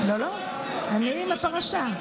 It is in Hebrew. לא, לא, אני עם הפרשה.